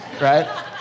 right